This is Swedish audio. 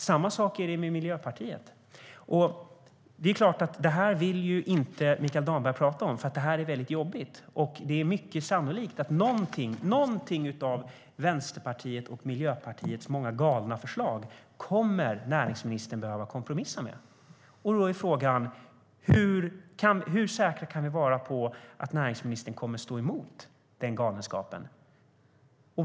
Samma sak är det med Miljöpartiet. Det är klart att Mikael Damberg inte vill prata om detta eftersom det är jobbigt. Det är mycket sannolikt att något av Vänsterpartiets och Miljöpartiets många galna förslag kommer näringsministern att behöva kompromissa om. Hur säkra kan vi vara på att näringsministern kommer att stå emot den galenskapen?